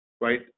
right